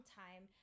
time